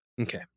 Okay